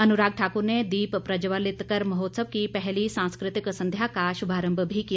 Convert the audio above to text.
अनुराग ठाकुर ने दीप प्रज्जवलित कर महोत्सव की पहली सांस्कृतिक संध्या का शुभारंभ भी किया